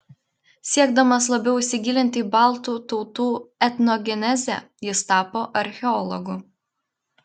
siekdamas labiau įsigilinti į baltų tautų etnogenezę jis tapo archeologu